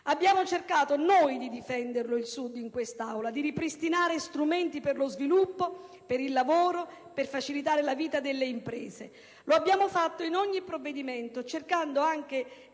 Abbiamo cercato noi di difendere il Sud in quest'Aula, di ripristinare strumenti per lo sviluppo, per il lavoro, per facilitare la vita delle imprese. Lo abbiamo fatto in ogni provvedimento, cercando anche di